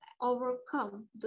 overcome